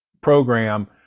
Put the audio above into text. program